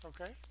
Okay